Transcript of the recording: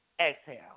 Exhale